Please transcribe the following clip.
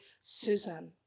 Susan